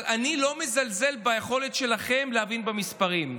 אבל אני לא מזלזל ביכולת שלכם להבין במספרים.